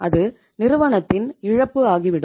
அது நிறுவனத்தின் இழப்பு ஆகிவிடும்